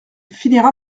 finira